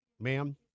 ma'am